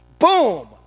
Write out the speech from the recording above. boom